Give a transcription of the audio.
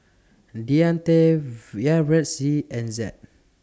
Deante We Yaretzi and Zed